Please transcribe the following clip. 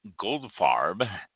Goldfarb